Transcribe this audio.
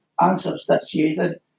unsubstantiated